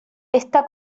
está